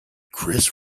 chris